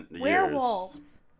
Werewolves